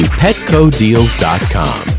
petcodeals.com